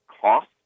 cost